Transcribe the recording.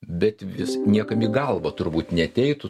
bet vis niekam į galvą turbūt neateitų